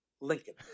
Lincoln